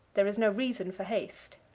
there is no reason for haste.